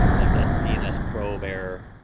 like that dns probe error.